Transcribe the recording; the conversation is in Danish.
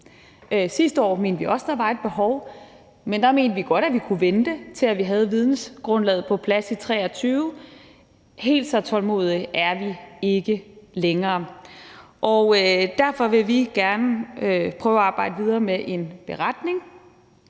Sidste år mente vi også, at der var et behov, men der mente vi godt, at vi kunne vente, til vi havde vidensgrundlaget på plads i 2023. Helt så tålmodige er vi ikke længere, og derfor vil vi gerne prøve at arbejde videre med en beretning,